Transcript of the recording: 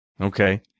Okay